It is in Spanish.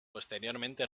posteriormente